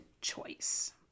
choice